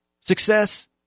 Success